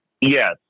yes